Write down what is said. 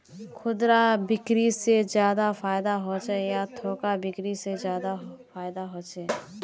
खुदरा बिक्री से ज्यादा फायदा होचे या थोक बिक्री से ज्यादा फायदा छे?